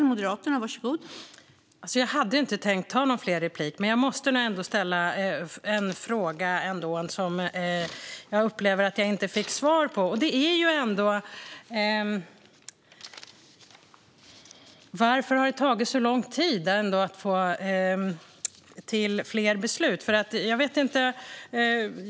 Fru talman! Jag hade inte tänkt göra några fler inlägg, men jag måste ändå ställa en fråga som jag upplever att jag inte fick svar på. Varför har det tagit så lång tid att få till stånd fler beslut?